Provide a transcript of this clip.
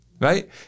right